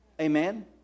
Amen